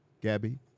Gabby